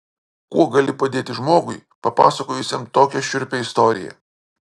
kuo gali padėti žmogui papasakojusiam tokią šiurpią istoriją